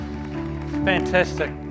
Fantastic